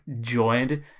joined